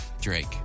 Drake